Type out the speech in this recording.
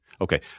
Okay